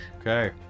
Okay